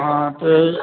हा त